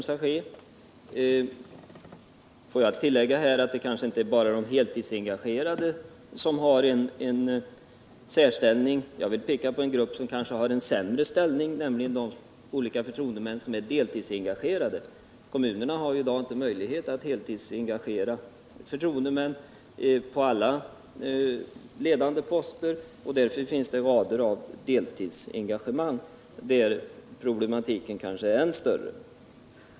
Jag vill tillägga att det kanske inte bara är de heltidsengagerade politikerna som har en särställning. Jag kan peka på en grupp som måhända har en sämre ställning, nämligen de olika förtroendemän som är deltidsengagerade. Kommunerna har i dag inte möjlighet att heltidsengagera förtroendemän på alla ledande poster. Därför finns det rader av deltidsengagemang där problematiken kanske är än större.